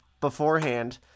beforehand